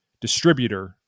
distributor